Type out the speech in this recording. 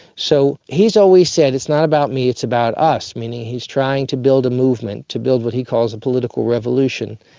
so he has always said it's not about me, it's about about us, meaning he is trying to build a movement, to build what he calls a political revolution.